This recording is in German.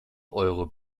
euro